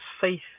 faith